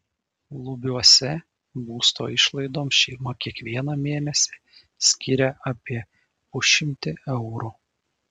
lubiuose būsto išlaidoms šeima kiekvieną mėnesį skiria apie pusšimtį eurų